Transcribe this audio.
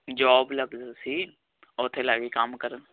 job ਲਾਭਦਾ ਸੀ ਉਥੇ ਲੈ ਵੀ ਕੰਮ ਕਰਨ